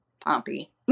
Pompey